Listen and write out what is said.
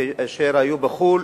כאשר היו בחו"ל,